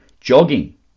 jogging